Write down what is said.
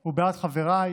הוא בעד חבריי,